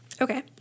Okay